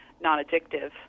non-addictive